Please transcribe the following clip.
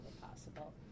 possible